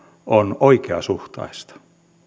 on oikeasuhtaista